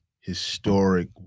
historic